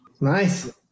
Nice